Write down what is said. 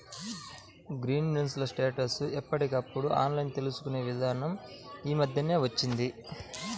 grievance ల status ని ఎప్పటికప్పుడు ఆన్లైన్ తెలుసుకునే ఇదానం యీ మద్దెనే వచ్చింది